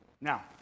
Now